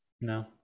no